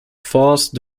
force